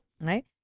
Right